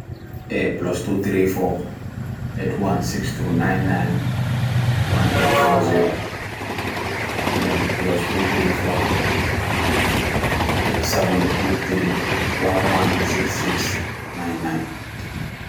A plus two three four, eight one six two nine nine, one eight four zero Then plus two three four eight seven two three one one six six nine nine